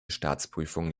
staatsprüfung